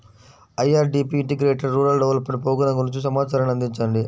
IRDP integrated rural development programme గురించి సమాచారాన్ని అందించండి?